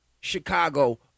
Chicago